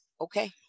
okay